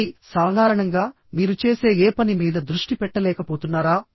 ఆపై సాధారణంగా మీరు చేసే ఏ పని మీద దృష్టి పెట్టలేకపోతున్నారా